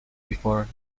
before